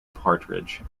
partridge